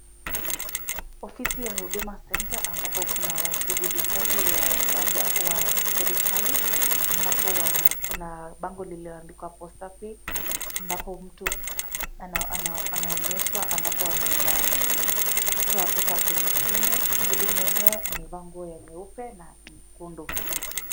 Ofisi ya Huduma centre ambako kuna washughulikaji wa serikali ambako kuna bango lililoandikwa posta pay. Ambapo mtu anaonyeshwa ambapo anaweza toa pesa kwenye simu. mhudumu mwenyewe amevaa nguo ya nyeupe na nyekundu.